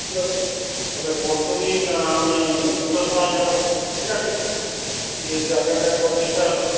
ঠিক আছে তাহলে পরশুদিন আমি দুটোর সময় যাব ঠিক আছে গিয়ে জায়গাটা একবার দেখে আসবো